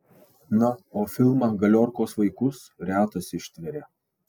na o filmą galiorkos vaikus retas ištveria